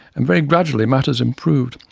and very gradually matters improved,